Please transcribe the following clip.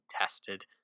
tested